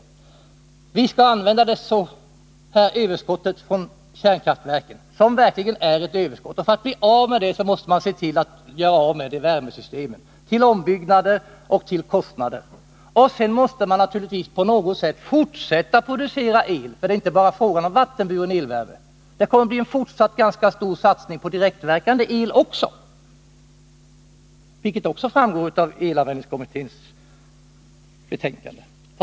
Överskottet av elproduktion från kärnkraftverken, som verkligen är ett överskott, ser man till att göra sig av med genom att använda det i värmesystemen. Men för detta krävs det ombyggnader, och det krävs pengar. Sedan måste man naturligtvis på något sätt fortsätta att producera el. Det är inte bara fråga om vattenburen elvärme — det kommer att bli en fortsatt ganska stor satsning även på direktvärmande el. Det framgår av elanvändningskommitténs betänkande.